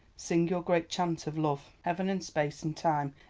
sing your great chant of love! heaven and space and time,